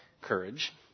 courage